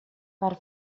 per